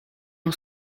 ont